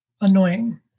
annoying